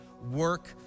work